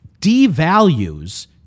devalues